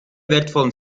wertvollen